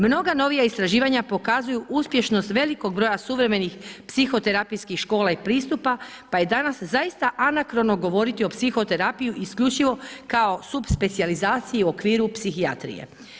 Mnoga novija istraživanja pokazuju uspješnost velikog broja suvremenih psihoterapijskih škola i pristupa pa je danas zaista anakrono govoriti o psihoterapiji isključivo kao subspecijalizaciji u okviru psihijatrije.